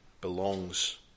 belongs